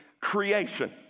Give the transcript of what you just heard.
creation